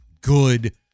good